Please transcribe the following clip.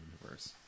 universe